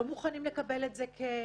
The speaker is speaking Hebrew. לא מוכנים לקבל את זה כפשוטו,